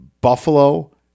Buffalo